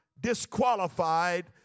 disqualified